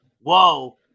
whoa